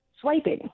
swiping